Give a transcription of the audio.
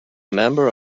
member